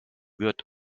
wird